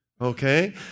okay